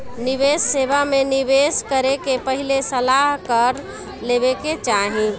निवेश सेवा में निवेश करे से पहिले सलाह कर लेवे के चाही